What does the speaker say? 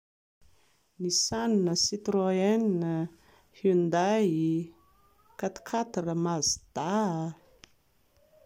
Nissan, Citroen, Hyundai, quat-quatre, Mazda